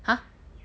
!huh!